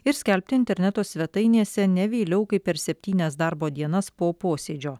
ir skelbti interneto svetainėse ne vėliau kaip per septynias darbo dienas po posėdžio